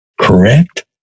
Correct